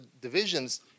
divisions